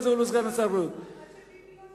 הוא לא עשה כלום עד שביבי העיר לו.